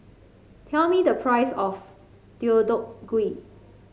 tell me the price of Deodeok Gui